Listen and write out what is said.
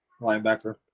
Linebacker